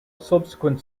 subsequent